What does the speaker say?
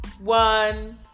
one